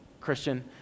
Christian